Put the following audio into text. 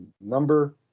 number